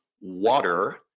water